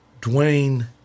Dwayne